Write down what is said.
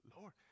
Lord